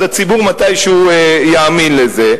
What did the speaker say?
הציבור מתישהו יאמין לזה.